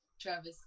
Travis